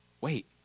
wait